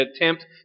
attempt